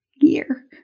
year